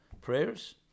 prayers